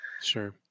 Sure